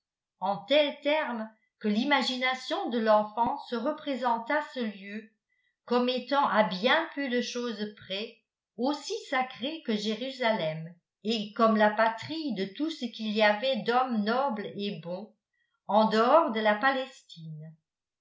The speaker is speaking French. en tels termes que l'imagination de l'enfant se représenta ce lieu comme étant à bien peu de chose près aussi sacré que jérusalem et comme la patrie de tout ce qu'il y avait d'hommes nobles et bons en dehors de la palestine